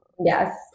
Yes